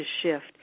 shift